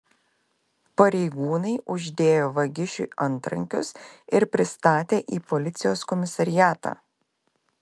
pareigūnai uždėjo vagišiui antrankius ir pristatė į policijos komisariatą